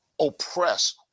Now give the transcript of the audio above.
oppress